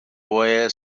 way